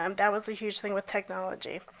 um that was the huge thing with technology.